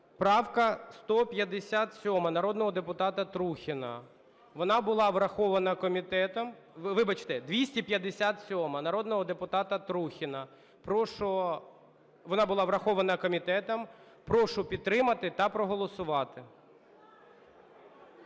Правка 157 народного депутата Трухіна, вона була врахована комітетом… Вибачте, 257-а народного депутата Трухіна. Вона була врахована комітетом. Прошу підтримати та проголосувати.